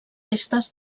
restes